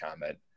comment